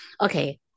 okay